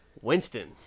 Winston